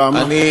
למה?